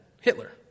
Hitler